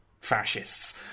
fascists